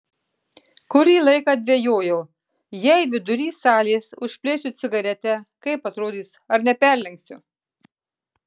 kurį laiką dvejojau jei vidury salės užplėšiu cigaretę kaip atrodys ar neperlenksiu